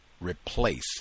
replace